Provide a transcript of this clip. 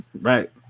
Right